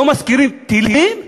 לא מזכירים טילים?